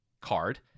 card